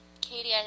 Katie